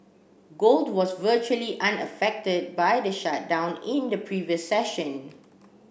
gold was virtually unaffected by the shutdown in the previous session